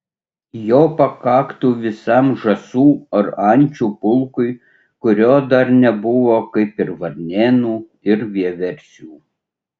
jo pakaktų visam žąsų ar ančių pulkui kurio dar nebuvo kaip ir varnėnų ir vieversių